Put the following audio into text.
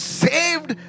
saved